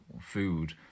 food